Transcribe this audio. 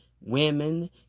women